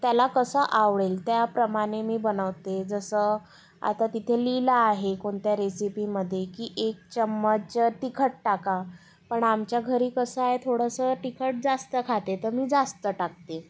त्याला कसं आवडेल त्याप्रमाणे मी बनवते जसं आता तिथं लिहिलं आहे कोणत्या रेसिपीमध्ये की एक चम्मच तिखट टाका पण आमच्या घरी कसं आहे थोडंसं तिखट जास्त खाते तर मी जास्त टाकते